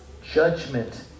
Judgment